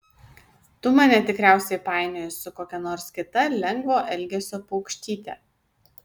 tu mane tikriausiai painioji su kokia nors kita lengvo elgesio paukštyte